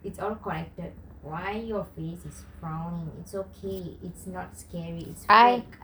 it's all quieted why your face is frowning it's okay it's not scary it's fake